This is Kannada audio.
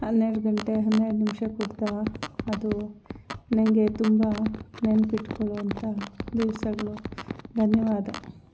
ಹನ್ನೆರಡು ಗಂಟೆ ಹನ್ನೆರಡು ನಿಮಿಷಕ್ಕೆ ಹುಟ್ಟಿದ ಅದು ನನಗೆ ತುಂಬ ನೆನಪು ಇಟ್ಕೊಳ್ಳುವಂಥ ದಿವಸಗಳು ಧನ್ಯವಾದ